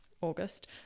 August